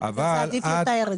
ואני גם בת גאה להורים חירשים.